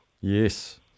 Yes